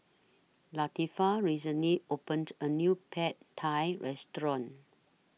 Latifah recently opened A New Pad Thai Restaurant